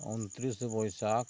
ᱚᱱᱛᱨᱤᱥᱮ ᱵᱟᱹᱭᱥᱟᱠ